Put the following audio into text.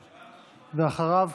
ואחריו,